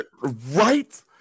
Right